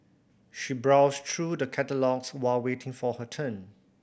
she browsed through the catalogues while waiting for her turn